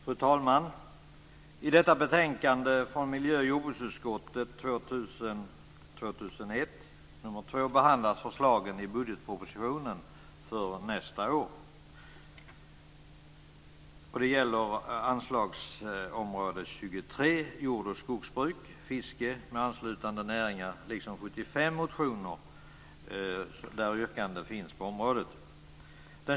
Fru talman! I detta betänkande från miljö och jordbruksutskottet, 2000/01:2, behandlas förslagen i budgetpropositionen för nästa år. Det gäller anslagsområde 23, Jord och skogsbruk, fiske med anslutande näringar, liksom 75 motioner med yrkanden på området.